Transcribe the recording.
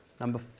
Number